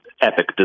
epic